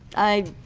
i